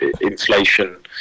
inflation